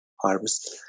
harvest